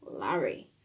Larry